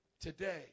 today